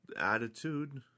attitude